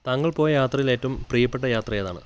താങ്കൾ പോയ യാത്രയിൽ ഏറ്റവും പ്രിയ്യപ്പെട്ട യാത്രയേതാണ്